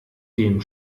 dem